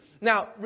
Now